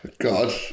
God